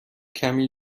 کمی